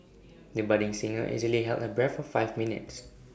the budding singer easily held her breath for five minutes